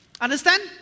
Understand